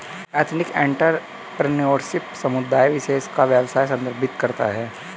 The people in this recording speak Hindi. एथनिक एंटरप्रेन्योरशिप समुदाय विशेष का व्यवसाय संदर्भित करता है